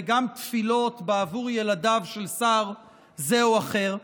וגם תפילות בעבור ילדיו של שר זה או אחר,